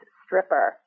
stripper